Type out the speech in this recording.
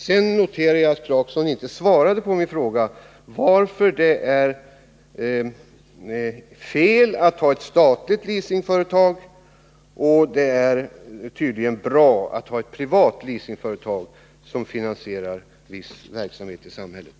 Sedan noterar jag att Rolf Clarkson inte svarade på min fråga, varför det är fel att ha ett statligt leasingföretag men tydligen bra att ha ett privat leasingföretag för viss verksamhet i samhället.